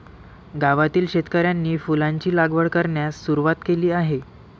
गावातील शेतकऱ्यांनी फुलांची लागवड करण्यास सुरवात केली आहे